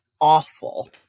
awful